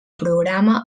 programa